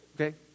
okay